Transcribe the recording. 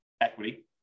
equity